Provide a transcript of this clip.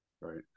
right